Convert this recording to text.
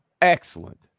excellent